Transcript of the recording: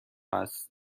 است